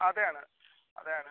അതെ ആണ് അതെ ആണ്